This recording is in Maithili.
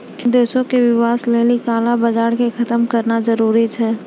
देशो के विकास लेली काला बजार के खतम करनाय जरूरी छै